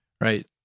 right